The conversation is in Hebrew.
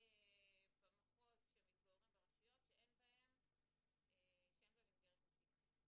במחוז שמתגוררים ברשויות שאין בהן מסגרת מתאימה".